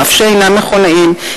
אף שאינם מכונאים,